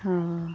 ᱦᱮᱸ